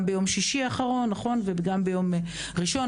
גם ביום שישי האחרון וגם ביום ראשון,